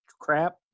crap